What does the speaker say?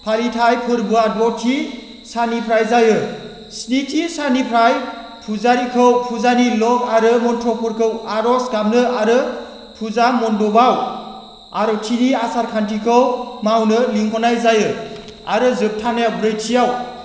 फालिथाय फोरबोआ दथि साननिफ्राय जायो स्निथि साननिफ्राय फुजारिखौ फुजानि लग आरो मन्त्रफोरखौ आरज गाबनो आरो फुजा मन्दबाव आरुथिनि आसार खान्थिखौ मावनो लिंहरनाय जायो आरो जोबथारनायाव ब्रैथिआव